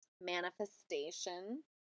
Manifestation